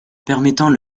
permettant